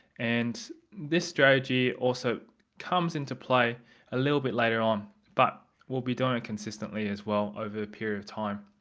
and this strategy also comes into play a little bit later on but we'll be doing it consistently as well over a period of time.